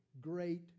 great